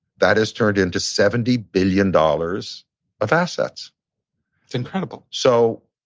that has turned into seventy billion dollars of assets. it's incredible. so,